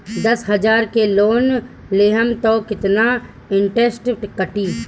दस हजार के लोन लेहम त कितना इनट्रेस कटी?